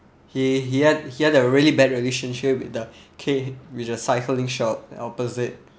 he he had he had a really bad relationship with the K which a cycling shop opposite